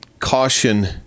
Caution